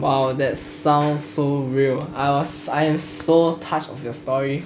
!wow! that sounds so real I am so touched of your story